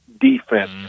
defense